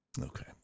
Okay